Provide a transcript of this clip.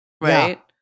right